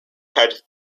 had